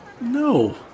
No